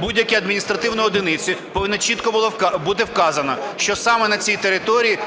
будь-які адміністративні одиниці, повинно чітко бути вказано, що саме на цій території